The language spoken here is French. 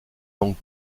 langues